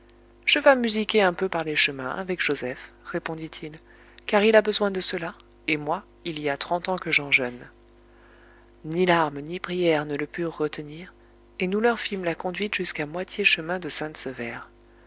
je vas musiquer un peu par les chemins avec joseph répondit-il car il a besoin de cela et moi il y a trente ans que j'en jeûne ni larmes ni prières ne le purent retenir et nous leur fîmes la conduite jusqu'à moitié chemin de sainte sevère